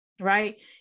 right